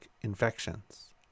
infections